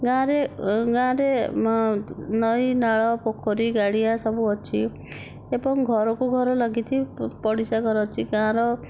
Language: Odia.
ଗାଁରେ ଗାଁରେ ନଈ ନାଳ ପୋଖରୀ ଗାଡ଼ିଆ ସବୁ ଅଛି ଏବଂ ଘରକୁ ଘର ଲାଗିଛି ପଡ଼ିଶା ଘର ଅଛି ଗାଁର